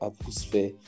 atmosphere